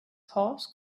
horse